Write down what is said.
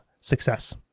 success